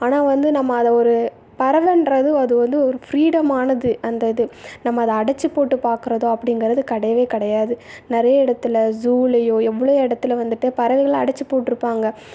ஆனால் வந்து நம்ம அதை ஒரு பறவைன்றது அது வந்து ஒரு ஃப்ரீடம் ஆனது அந்த இது நம்ம அதை அடைச்சி போட்டு பார்க்குறதோ அப்படிங்குறது கிடையவே கிடையாது நிறைய இடத்துல ஜூலேயோ எவ்வளோ இடத்துல வந்துட்டு பறவைகளை அடைச்சி போட்டிருப்பாங்க